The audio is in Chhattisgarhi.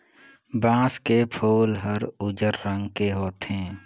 बांस के फूल हर उजर रंग के होथे